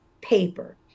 paper